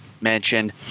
mentioned